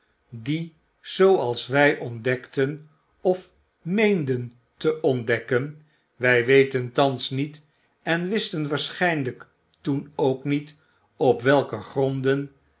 die zooals wy ontdekten of meenden te ontdekken wy weten thans niet en wisten waarschynlyk toen ook niet op welke gronden